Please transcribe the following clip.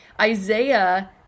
Isaiah